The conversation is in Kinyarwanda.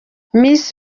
miss